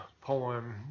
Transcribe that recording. poem